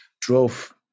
drove